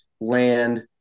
land